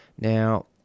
Now